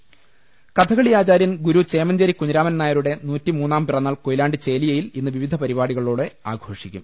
രുട്ടിട്ട്ട്ട്ട്ട്ട്ട കഥകളി ആചാര്യൻ ഗുരു ചേമഞ്ചേരി കുഞ്ഞിരാമൻ നായരുടെ നൂറ്റി മൂന്നാം പിറന്നാൾ കൊയിലാണ്ടി ചേലിയയിൽ ഇന്ന് വിവിധ പരിപാടിക ളോടെ ആഘോഷിക്കും